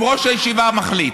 אם ראש הישיבה מחליט.